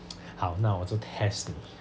好那我就 test 你